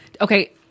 Okay